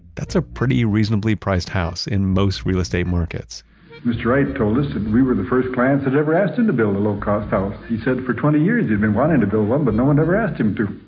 that's a pretty reasonably priced house in most real estate markets mr. wright told us that we were the first clients that ever asked him to build a low-cost house. he said for twenty years he'd been wanting to build one, but no one ever asked him to.